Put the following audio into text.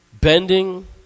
bending